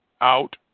out